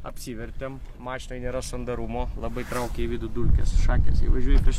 apsivertėm mašinoj nėra sandarumo labai traukia į vidų dulkes šakės jei važiuoji prieš